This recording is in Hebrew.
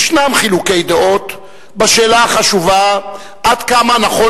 ישנם חילוקי דעות בשאלה החשובה עד כמה נכון